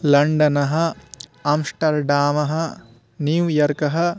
London Amsterdam New York